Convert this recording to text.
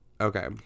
Okay